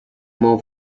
more